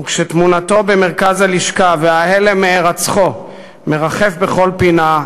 וכשתמונתו במרכז הלשכה וההלם מהירצחו מרחף בכל פינה,